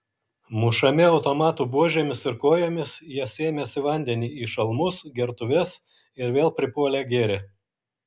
mušami automatų buožėmis ir kojomis jie sėmėsi vandenį į šalmus gertuves ir vėl pripuolę gėrė